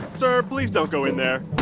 sir, please don't go in there